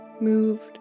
moved